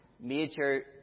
major